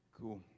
cool